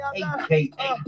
aka